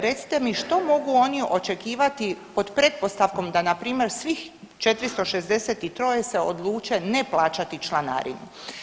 Recite mi, što mogu oni očekivati pod pretpostavkom da npr. svih 463 se odluče ne plaćati članarinu?